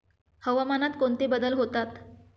हवामानात कोणते बदल होतात?